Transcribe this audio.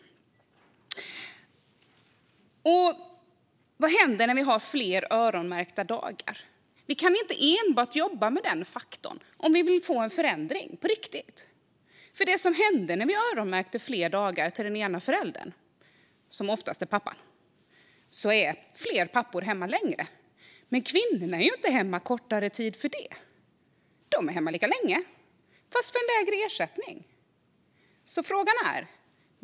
Vad händer när det finns fler öronmärkta dagar? Vi kan inte enbart jobba med den faktorn om vi vill att det ska bli en förändring på riktigt. Det som händer när fler dagar öronmärks till den ena föräldern - som oftast är pappan - är att fler pappor stannar hemma längre, men kvinnorna är inte hemma kortare tid för det, utan de är hemma lika länge fast för en lägre ersättning.